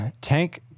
Tank